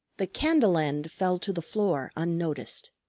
the candle-end fell to the floor unnoticed.